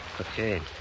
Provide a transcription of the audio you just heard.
Okay